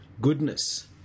Goodness